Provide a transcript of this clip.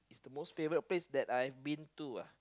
the most favourite place that I have been to uh